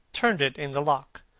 turned it in the lock.